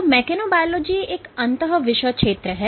तो मेकेनोबायोलॉजी एक अंतः विषय क्षेत्र है